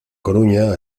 coruña